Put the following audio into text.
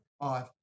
five